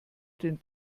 den